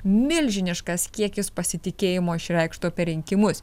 milžiniškas kiekis pasitikėjimo išreikšto per rinkimus